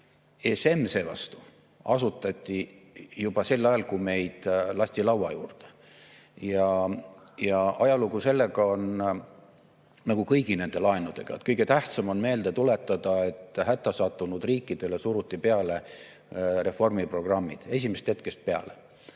ESM seevastu asutati juba sel ajal, kui meid lasti laua juurde. Ja ajalugu sellega on [selline] nagu kõigi nende laenudega. Kõige tähtsam on meelde tuletada, et hättasattunud riikidele suruti peale reformiprogrammid esimesest hetkest peale.